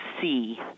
see